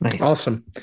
awesome